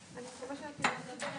אם היה עולה שנתיים אחר-כך,